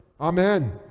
Amen